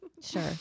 sure